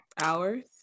hours